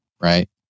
right